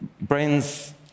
brains